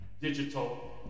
digital